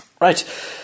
Right